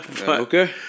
Okay